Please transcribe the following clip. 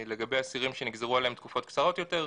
לגבי אסירים שנגזרו עליהם תקופות קצרות יותר,